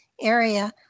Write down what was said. area